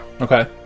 okay